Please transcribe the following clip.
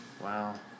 Wow